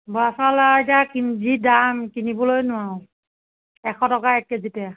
বৰা চাউলৰ এতিয়া কি যি দাম কিনিবলৈ নোৱাৰোঁ এশ টকা এক কেজিতে